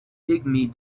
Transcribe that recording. pygmy